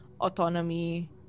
autonomy